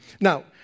Now